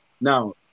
Now